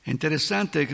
Interessante